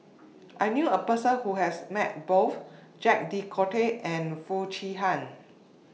I knew A Person Who has Met Both Jacques De Coutre and Foo Chee Han